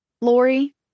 Lori